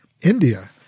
India